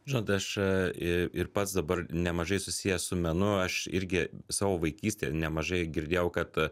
žinot aš ir pats dabar nemažai susiję su menu aš irgi savo vaikystėj nemažai girdėjau kad